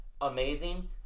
Amazing